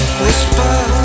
whisper